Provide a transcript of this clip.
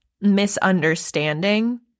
misunderstanding